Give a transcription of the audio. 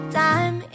time